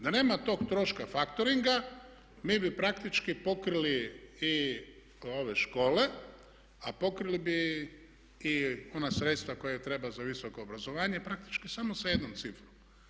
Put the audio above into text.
Da nema tog troška faktoringa mi bi praktički pokrili i ove škole, a pokrili bi i ona sredstva koja trebaju za visoko obrazovanje, praktički samo sa jednom cifrom.